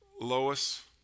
Lois